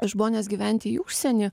žmonės gyvent į užsienį